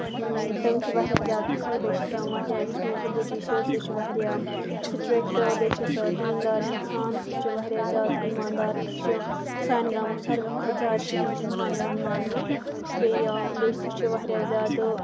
تٔمۍ چھِ واریاہ زیادٕ اَصٕل بیٚیہِ چھِ تٔمۍ واریاہ یُس مےٚ ابو جی چھُ سُہ چھُ واریاہ سِٹرکٹ بیٚیہِ چھُ سُہ دیٖن دار اِنسان سُہ چھُ واریاہ زیادٕ ایمان دار تہِ سُہ چھُ سانہِ گامُک ساروٕے کھۄتہٕ زیادٕ شٔریٖف اِنسان یِوان ماننہٕ تہٕ بیٚیہِ بیٚیہِ سُہ چھُ واریاہ زیادٕ